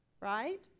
right